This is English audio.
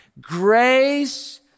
grace